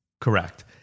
Correct